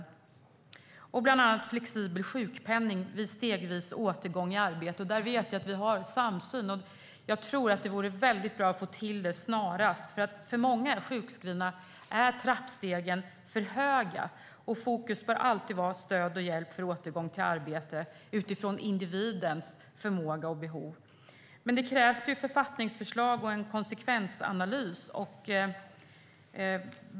Det handlar också om flexibel sjukpenning vid stegvis återgång i arbete. Där vet jag att vi har en samsyn, och jag tror att det vore väldigt bra att få till det snarast. För många sjukskrivna är nämligen trappstegen för höga, och fokus bör alltid vara stöd och hjälp för återgång till arbete utifrån individens förmåga och behov. Men det krävs författningsförslag och en konsekvensanalys.